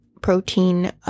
protein